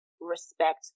respect